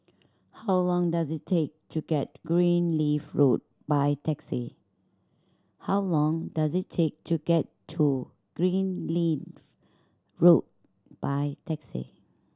how long does it take to get Greenleaf Road by taxi